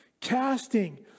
casting